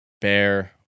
Bear